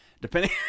depending